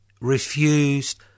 refused